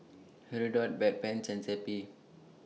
Hirudoid Bedpans and Zappy